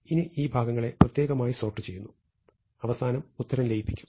ഇനി ഈ ഭാഗങ്ങളെ പ്രത്യേകമായി സോർട്ട് ചെയ്യുന്നു അവസാനം ഉത്തരം ലയിപ്പിക്കും